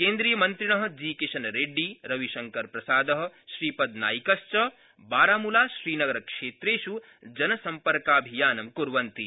केन्द्रीयमन्त्रिण जीकिशनरेड़डी रविशंकरप्रसाद श्रीपदनाइकश्च बारामूला श्रीनगरक्षेत्रेष् जनसम्पर्काभियानं कुर्वन्ति